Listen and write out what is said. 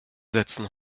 setzen